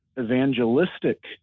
evangelistic